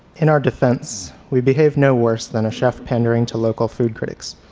in our defense, we behaved no worse than a chef pandering to local food critics.